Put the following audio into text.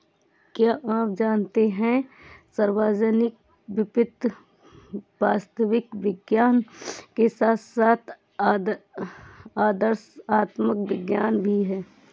क्या आप जानते है सार्वजनिक वित्त वास्तविक विज्ञान के साथ साथ आदर्शात्मक विज्ञान भी है?